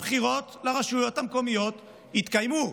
הבחירות לרשויות המקומיות יתקיימו,